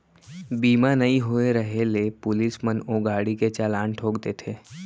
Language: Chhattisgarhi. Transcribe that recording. बीमा नइ होय रहें ले पुलिस मन ओ गाड़ी के चलान ठोंक देथे